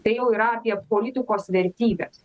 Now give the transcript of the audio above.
tai jau yra apie politikos vertybes